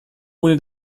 ohne